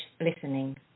listening